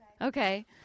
Okay